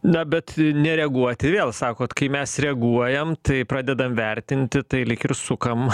na bet nereaguoti vėl sakot kai mes reaguojam tai pradedam vertinti tai lyg ir sukam